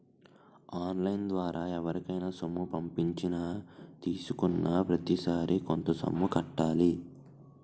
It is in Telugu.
ఆన్ లైన్ ద్వారా ఎవరికైనా సొమ్ము పంపించినా తీసుకున్నాప్రతిసారి కొంత సొమ్ము కట్టాలి